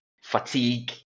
fatigue